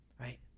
right